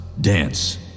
dance